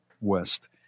West